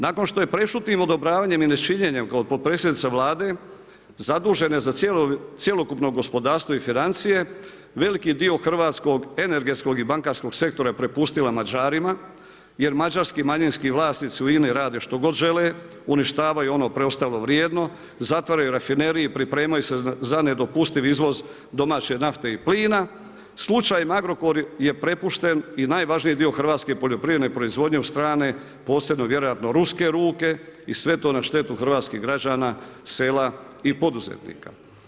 Nakon što je prešutnim odobravanjem i nečinjenjem kao potpredsjednica Vlade zadužene za cjelokupno gospodarstvo i financije, veliki dio hrvatskog energetskog i bankarskog sektora je prepustila Mađarima jer mađarski manjinski vlasnici u INA-i rade što god žele, uništavaju ono preostalo vrijedno, zatvaraju rafineriju i pripremaju se za nedopustiv izvoz domaće nafte i plina, slučaj Agrokor je prepušten i najvažniji dio hrvatske poljoprivredne proizvodnje u strane posebno vjerojatno ruske ruke i sve to na štetu hrvatskih građana, sela i poduzetnika.